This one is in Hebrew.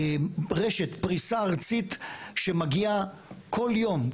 פרישה ארצית שמגיעה כל יום,